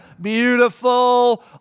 beautiful